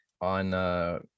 on